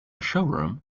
showroom